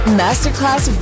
masterclass